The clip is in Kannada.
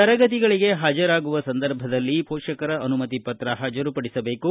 ತರಗತಿಗಳಿಗೆ ಹಾಜರಾಗುವ ಸಂದರ್ಭದಲ್ಲಿ ಪೋಷಕರ ಅನುಮತಿ ಪತ್ರ ಪಾಜರುಪಡಿಸಬೇಕು